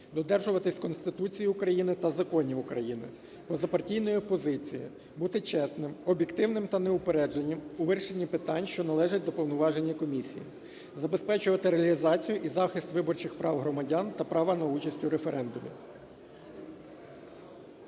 додержуватися Конституції України та законів України, позапартійної позиції, бути чесним, об'єктивним та неупередженим у вирішенні питань, що належать до повноважень Комісії, забезпечувати реалізацію і захист виборчих прав громадян України та права на участь у референдумі.